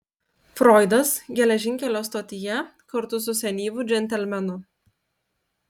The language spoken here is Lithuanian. froidas geležinkelio stotyje kartu su senyvu džentelmenu